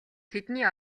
тэдний